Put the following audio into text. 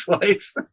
twice